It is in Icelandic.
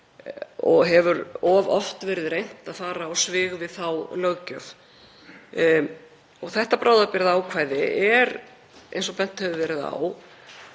og hefur of oft verið reynt að fara á svig við þá löggjöf. Þetta bráðabirgðaákvæði er, eins og bent hefur verið á,